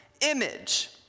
image